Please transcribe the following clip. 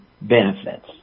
benefits